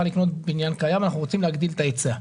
לקנות בניין קיים אלא אנחנו רוצים להגדיל את ההיצע.